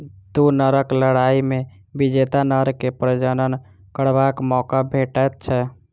दू नरक लड़ाइ मे विजेता नर के प्रजनन करबाक मौका भेटैत छै